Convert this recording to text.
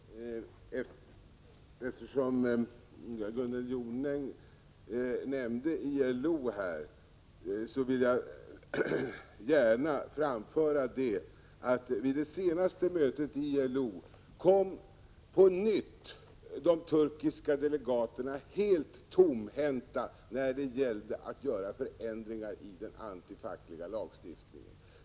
Herr talman! Eftersom Gunnel Jonäng nämnde ILO, vill jag gärna framhålla att de turkiska delegaterna vid ILO:s senaste möte på nytt kom helt tomthänta när det gällde att göra förändringar i den anti-fackliga lagstiftningen.